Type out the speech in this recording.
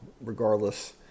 regardless